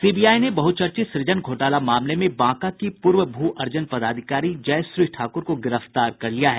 सीबीबाई ने बहुचर्चित सृजन घोटाला मामले में बांका की पूर्व भू अर्जन पदाधिकारी जयश्री ठाकुर को गिरफ्तार कर लिया है